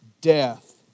death